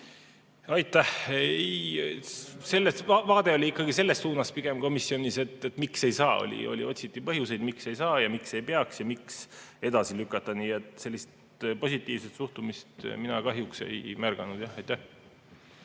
Aitäh! Ei, vaade oli pigem ikkagi selles suunas komisjonis, et miks ei saa. Otsiti põhjuseid, miks ei saa ja miks ei peaks ja miks edasi lükata. Nii et sellist positiivset suhtumist mina kahjuks ei märganud jah.